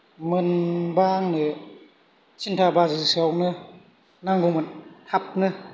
मोनबा आंनो थिन्ता बाजासेयावनो नांगौमोन थाबनो